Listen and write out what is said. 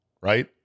right